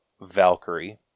Valkyrie